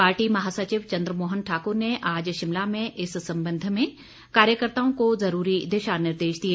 party महासचिव चंद्रमोहन ठाक्र ने आज शिमला में इस संबंध में कार्यकर्ताओं को जरूरी दिशा निर्देश दिए